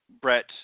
Brett